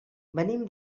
venim